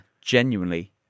genuinely